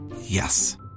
Yes